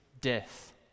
death